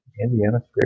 Indiana